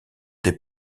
des